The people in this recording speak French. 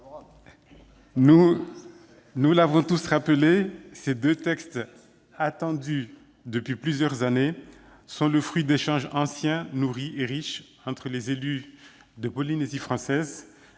ministre ont tout dit. Ces deux textes, attendus depuis plusieurs années, sont le fruit d'échanges anciens, nourris et riches entre les élus de Polynésie française,